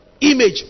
image